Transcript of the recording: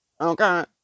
Okay